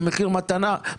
זה מחיר מטרה,